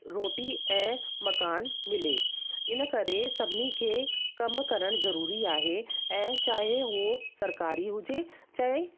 रोटी ऐं मकान मिले इन करे सभिनी खे कमु करणु ज़रूरी आहे ऐं चाहे उहो सरकारी हुजे चाहे